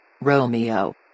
romeo